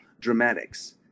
dramatics